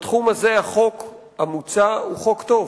בתחום הזה החוק המוצע הוא חוק טוב,